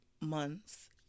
month's